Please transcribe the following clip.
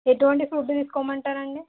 ఎటువంటి ఫుడ్ తీసుకోమంటారండి